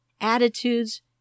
attitudes